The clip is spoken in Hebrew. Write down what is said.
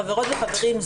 חברות וחברים,